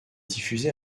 diffusée